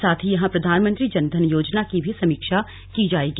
साथ ही यहां प्रधानमंत्री जन धन योजना की भी समीक्षा की जाएगी